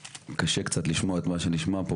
קשה קצת לשמוע את מה שנשמע פה.